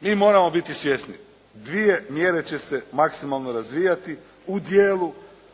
Mi moramo biti svjesni, dvije mjere će se maksimalno razvijati u dijelu